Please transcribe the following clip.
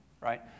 Right